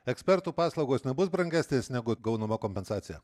ekspertų paslaugos nebus brangesnės negu gaunama kompensacija